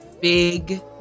big